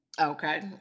Okay